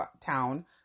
town